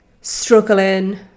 struggling